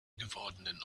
gewordenen